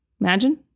imagine